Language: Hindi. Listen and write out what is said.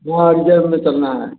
हाँ रिजर्व में चलना है